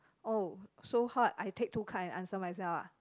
oh so how I take two card and answer myself ah